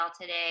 today